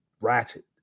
ratchet